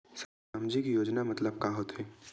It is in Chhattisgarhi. सामजिक योजना मतलब का होथे?